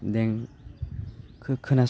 दें खो खोनासङो